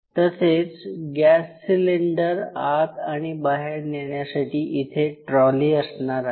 तसेच gas cylinder आत आणि बाहेर नेण्यासाठी इथे ट्रॉली असणार आहे